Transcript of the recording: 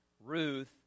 Ruth